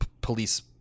police